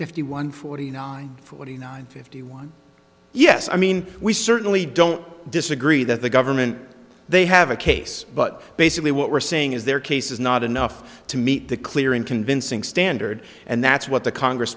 fifty one forty nine forty nine fifty one yes i mean we certainly don't disagree that the government they have a case but basically what we're saying is their case is not enough to meet the clear and convincing standard and that's what the congress